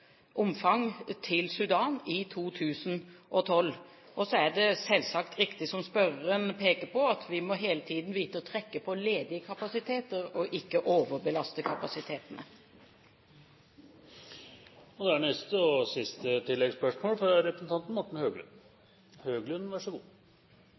omfang til Sudan i 2012. Så er det selvsagt riktig som spørreren peker på, at vi må hele tiden vite å trekke på ledige kapasiteter og ikke overbelaste kapasitetene. Morten Høglund – til siste oppfølgingsspørsmål. Jeg er